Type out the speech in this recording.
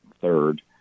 third